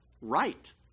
right